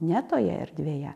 ne toje erdvėje